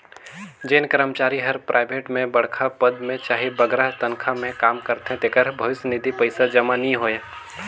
जेन करमचारी हर पराइबेट में बड़खा पद में चहे बगरा तनखा में काम करथे तेकर भविस निधि पइसा जमा नी होए